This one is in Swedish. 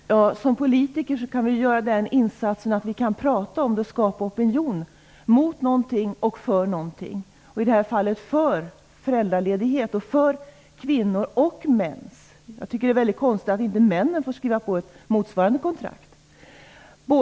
Fru talman! Som politiker kan vi göra den insatsen att vi pratar om det och skapar opinion, mot någonting och för någonting, och i det här fallet för föräldraledighet, för kvinnor och män. Det är konstigt att männen inte får skriva på motsvarande kontrakt.